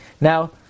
Now